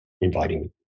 inviting